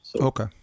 Okay